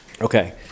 Okay